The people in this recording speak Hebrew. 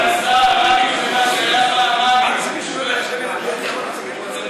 סגן השר, רמ"י זה מה שהיה פעם ממ"י.